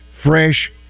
fresh